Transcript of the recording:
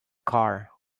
car